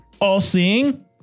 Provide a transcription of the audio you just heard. all-seeing